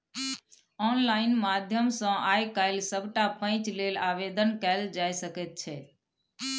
online माध्यम सँ आय काल्हि सभटा पैंच लेल आवेदन कएल जाए सकैत छै